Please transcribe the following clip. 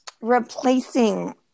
Replacing